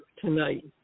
tonight